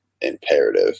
imperative